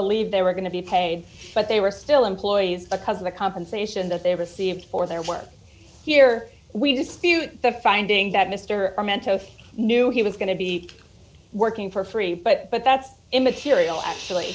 believe they were going to be paid but they were still employees because of the compensation that they received for their work here we dispute the finding that mr momento knew he was going to be working for free but but that's immaterial actually